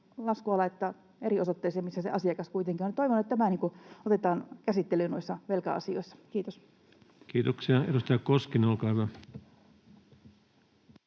laskua laittaa eri osoitteeseen kuin missä se asiakas kuitenkin on. Toivon, että tämä otetaan käsittelyyn noissa velka-asioissa. — Kiitos. [Speech 125] Speaker: